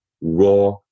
raw